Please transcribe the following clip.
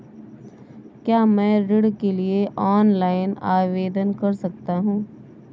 क्या मैं ऋण के लिए ऑनलाइन आवेदन कर सकता हूँ?